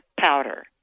powder